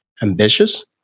ambitious